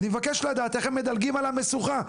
אני מבקש לדעת איך הם מדלגים על המשוכה?